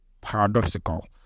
paradoxical